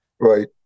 right